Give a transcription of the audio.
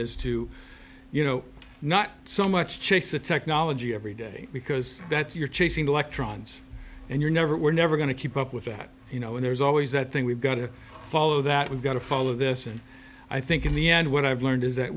is to you know not so much chase the technology every day because that's you're chasing electrons and you're never we're never going to keep up with that you know and there's always that thing we've got to follow that we've got to follow this and i think in the end what i've learned is that